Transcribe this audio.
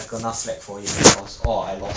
I never say is you from your mouth bro